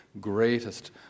greatest